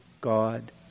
God